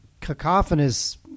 cacophonous